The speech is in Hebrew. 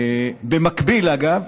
במקביל, אגב,